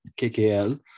KKL